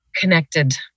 connected